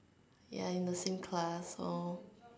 we are in the same class so